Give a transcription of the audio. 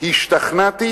השתכנעתי